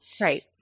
Right